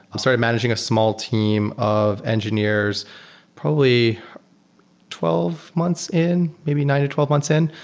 i started managing a small team of engineers probably twelve months in, maybe nine to twelve months in.